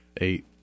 Eight